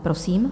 Prosím.